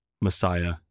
Messiah